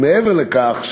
מעבר לכך,